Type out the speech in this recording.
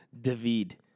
David